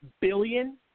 billion